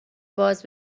باز